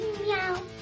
Meow